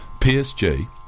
PSG